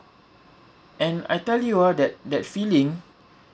and I tell you ah that that feeling